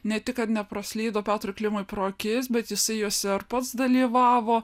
ne tik kad nepraslydo petrui klimui pro akis bet jisai jose ir pats dalyvavo